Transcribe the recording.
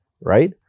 right